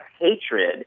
hatred